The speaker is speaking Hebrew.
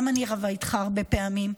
גם אני רבה איתך הרבה פעמים,